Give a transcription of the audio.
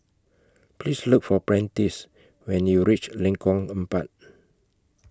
Please Look For Prentice when YOU REACH Lengkong Empat